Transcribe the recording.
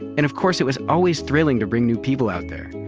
and of course, it was always thrilling to bring new people out there,